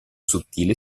sottile